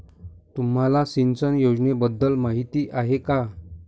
तुम्हाला सिंचन योजनेबद्दल माहिती आहे का?